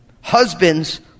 Husbands